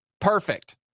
perfect